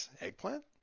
Eggplant